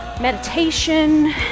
Meditation